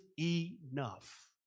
enough